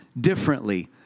differently